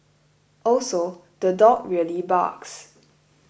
also the dog really barks